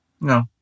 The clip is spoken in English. No